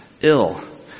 ill